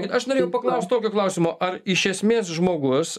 aš norėjau paklaust tokio klausimo ar iš esmės žmogus